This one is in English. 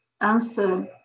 answer